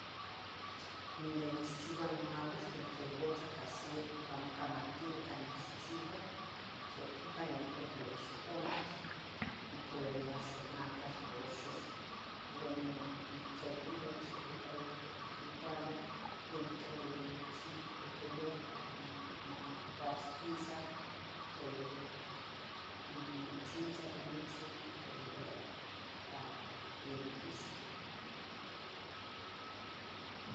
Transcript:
Nic chichiua noarroz nictliuatz ica aciet noso tlamo ica mantieca nicchichiuah, satepan ya niccuipilia xitomatl, nictlalilia xonacatl uxox ua ino nictzoyonia satepaca yacah pos yacuali, yanictlalilia nochi, ya niccuipilia para ma cualtzin quisa, tlalili ino chicharo, nochi ino tictlaliliah, para mabielic quisa.